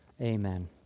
Amen